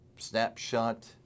snapshot